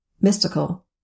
mystical